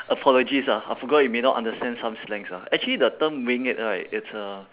apologies ah I forgot you may not understand some slangs ah actually the term wing it right it's a